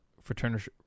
fraternity